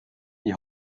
die